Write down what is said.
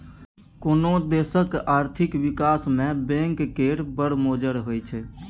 कोनो देशक आर्थिक बिकास मे बैंक केर बड़ मोजर होइ छै